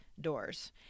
doors